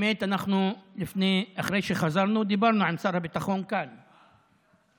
אנחנו עושים דה-לגיטימציה לראש הממשלה?